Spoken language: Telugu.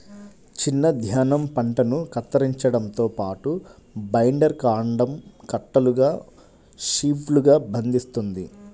చిన్న ధాన్యం పంటను కత్తిరించడంతో పాటు, బైండర్ కాండం కట్టలుగా షీవ్లుగా బంధిస్తుంది